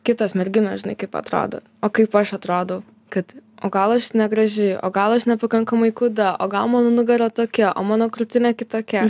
kitos merginos žinai kaip atrodo o kaip aš atrodau kad o gal aš negraži o gal aš nepakankamai kūda o gal mano nugara tokia o mano krūtinė kitokia